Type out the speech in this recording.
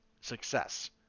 success